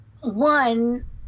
One